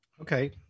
Okay